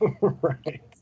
Right